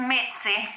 Mitzi